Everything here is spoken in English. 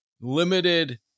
limited